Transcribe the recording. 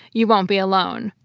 you won't be alone.